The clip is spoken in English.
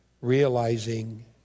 Realizing